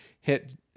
hit